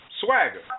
swagger